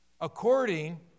according